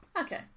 Okay